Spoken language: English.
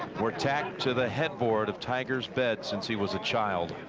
were tacked to the headboard of tigers bed. since he was a child.